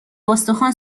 استخوان